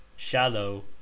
Shallow